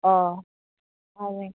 অঁ হয়